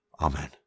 Amen